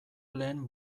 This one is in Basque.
lehen